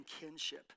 kinship